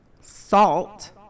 salt